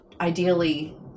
ideally